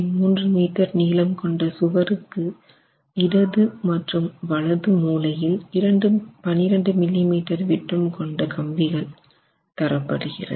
3 metre நீளம் கொண்டு சுவருக்கு இடது மற்றும் வலது மூலையில் 2 12 மில்லி மீட்டர் விட்டம் கொண்ட கம்பிகள் தரப்படுகிறது